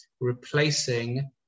replacing